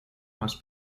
más